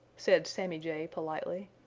said sammy jay politely.